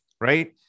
right